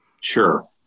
Sure